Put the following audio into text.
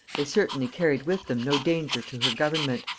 they certainly carried with them no danger to her government.